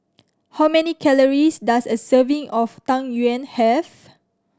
how many calories does a serving of Tang Yuen have